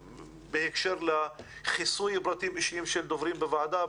בהקשר לחיסוי פרטים אישיים של דוברים בוועדה,